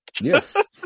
Yes